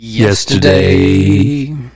Yesterday